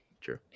True